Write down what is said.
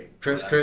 Chris